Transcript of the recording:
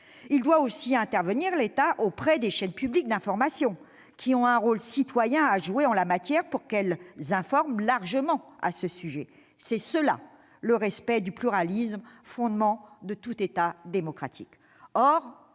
doit ainsi intervenir auprès des chaînes publiques d'information, qui ont un rôle citoyen à jouer en la matière, afin qu'elles diffusent largement l'information sur ce sujet. C'est cela le respect du pluralisme, fondement de tout État démocratique